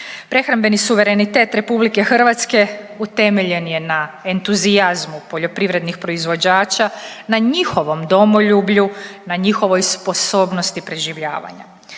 Prehrambeni suverenitet RH utemeljen je na entuzijazmu poljoprivrednih proizvođača, na njihovom domoljublju, na njihovoj sposobnosti preživljavanja.